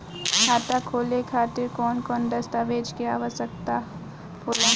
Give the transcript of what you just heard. खाता खोले खातिर कौन कौन दस्तावेज के आवश्यक होला?